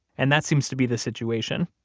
and that seems to be the situation.